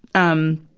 um,